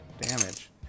damage